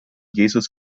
jesus